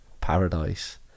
paradise